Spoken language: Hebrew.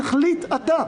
תחליט אתה.